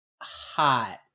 hot